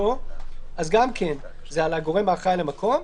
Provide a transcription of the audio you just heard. וגם זה על הגורם האחראי על המקום,